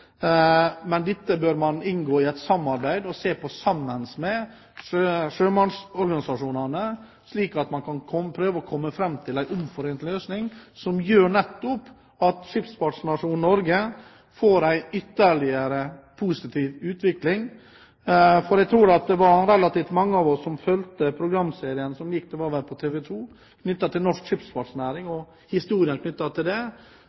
Dette bør man inngå et samarbeid om og se på sammen med sjømannsorganisasjonene, slik at man kan komme fram til en omforent løsning som gjør at skipsfartsnasjonen Norge får ytterligere en positiv utvikling. Jeg tror relativt mange av oss fulgte programserien som gikk på TV 2 – var det vel – om norsk skipsfartsnæring og dens historie. Det